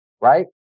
right